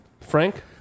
Frank